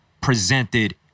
presented